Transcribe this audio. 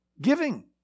giving